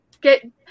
get